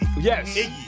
Yes